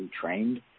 trained